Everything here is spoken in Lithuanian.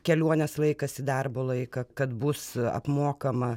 keliuonės laikas į darbo laiką kad bus apmokama